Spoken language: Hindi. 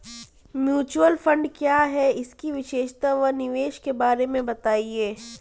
म्यूचुअल फंड क्या है इसकी विशेषता व निवेश के बारे में बताइये?